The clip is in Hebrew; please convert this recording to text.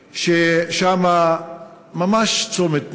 ששם זה ממש צומת מוות: